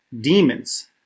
demons